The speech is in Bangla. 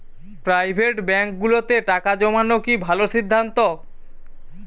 প্রাইভেট ব্যাংকগুলোতে টাকা জমানো কি ভালো সিদ্ধান্ত?